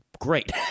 great